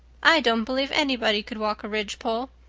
i don't believe anybody could walk a ridgepole.